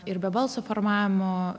ir be balso formavimo